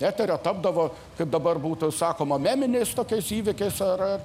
eterio tapdavo kaip dabar būtų sakoma meminiais tokiais įvykiais ar